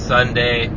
Sunday